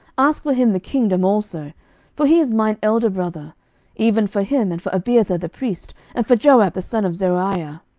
ask for him the kingdom also for he is mine elder brother even for him, and for abiathar the priest, and for joab the son of zeruiah.